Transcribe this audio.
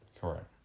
Correct